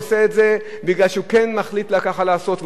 עושה את זה בגלל שהוא כן מחליט לעשות ככה,